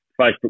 Facebook